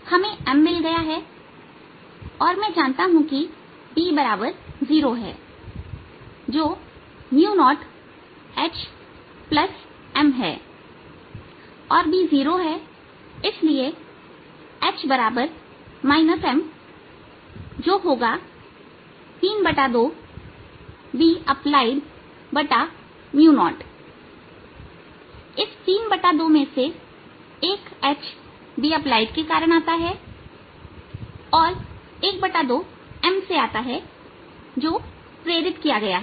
हमें M मिल गया है और मैं जानता हूं कि B 0 है जो 0HMहै और B0 इसलिए H M जो होगा 32Bapplied0 इस 32 में से एक H Bappliedके कारण आता है और ½ M से आता है जो प्रेरित किया गया है